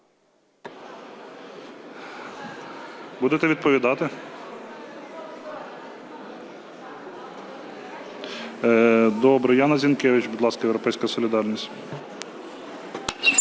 Будете відповідати? Добре. Яна Зінкевич, будь ласка, "Європейська солідарність".